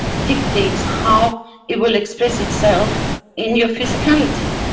dictates how it will express itself in your physicality.